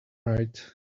right